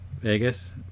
Vegas